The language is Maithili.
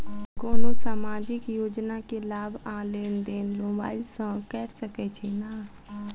कोनो सामाजिक योजना केँ लाभ आ लेनदेन मोबाइल सँ कैर सकै छिःना?